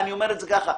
אני איתך.